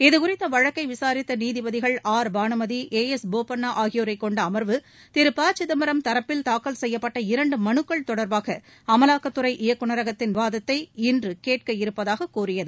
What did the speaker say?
இதுகுறித்த வழக்கை விசாரித்த நீதிபதிகள் R Bhanumathi A S Bopanna ஆகியோரை கொண்ட அம்வு திரு ப சிதம்பரம் தரப்பில் தாக்கல் செய்யப்பட்ட இரண்டு மனுக்கள் தொடர்பாக அமலாக்கத்துறை இயக்குநரகத்தின் விவாதத்தை இன்று கேட்க இருப்பதாக கூறியது